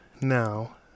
now